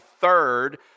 third